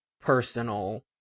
personal